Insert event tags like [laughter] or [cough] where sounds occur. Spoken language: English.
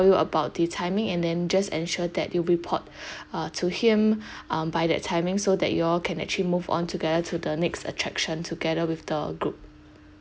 you about the timing and then just ensure that you report [breath] uh to him um by that timing so that you all can actually move on together to the next attraction together with the group